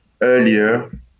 earlier